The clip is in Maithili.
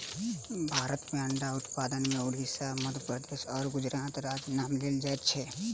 भारत मे अंडा उत्पादन मे उड़िसा, मध्य प्रदेश आ गुजरात राज्यक नाम लेल जाइत छै